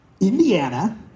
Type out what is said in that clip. Indiana